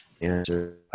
answer